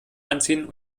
anziehen